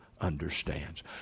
understands